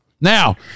Now